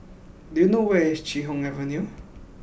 do you know where is Chee Hoon Avenue